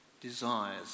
desires